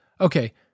Okay